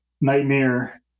nightmare